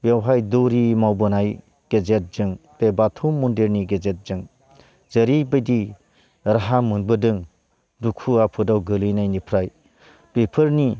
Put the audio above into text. बेवहाय दौरि मावबोनाय गेजेरजों बे बाथौ मन्दिरनि गेजेरजों जोरिबायदि राहा मोनबोदों दुखु आफोदाव गोलैनायनिफ्राय बेफोरनि